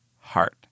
heart